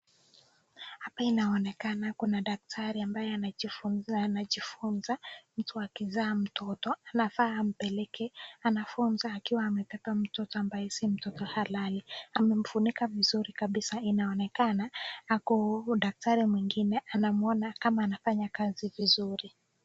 Hapa inaonekana kuna daktari ambaye anajifuza mtu akizaa mtoto anafaa ampeleke, anafuza akiwa amebeba mtoto ambaye si mtoto halali, amemfunika vizuri kabisa. Inaonekana ako daktari mwingine anamuona kama anafanya kazi vizuri.